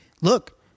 look